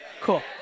Cool